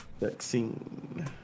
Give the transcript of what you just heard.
vaccine